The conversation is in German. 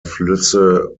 flüsse